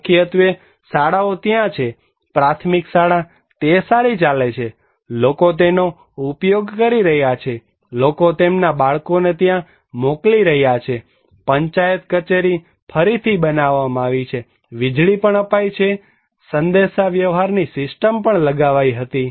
મુખ્યત્વે શાળાઓ ત્યાં છે પ્રાથમિક શાળા તે સારી ચાલે છે લોકો તેનો ઉપયોગ કરી રહ્યા છે લોકો તેમના બાળકોને ત્યાં મોકલી રહ્યા છે પંચાયત કચેરી ફરીથી બનાવવામાં આવી છે વીજળી પણ અપાય છે સંદેશા વ્યવહારની સિસ્ટમ પણ લગાવાઇ હતી